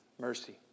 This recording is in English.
mercy